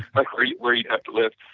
like where you where you have to live,